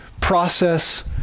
process